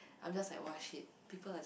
I am just like !wah! shit people are just